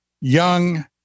young